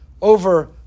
over